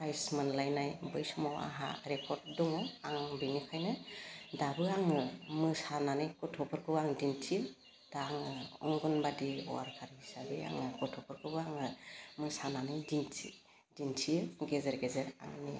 price मोनलाइनाय बै समाव आहा रेकर्ड दङ आं बिनिखायनो दाबो आङो मोसानानै गथ'फोरखौ आं दिन्थियो दां आङो अंगनबादि वार्कार हिसाबै आङो गथ'फोरखौबो आङो मोसानानै दिन्थि दिन्थियो गेजेर गेजेर आंनि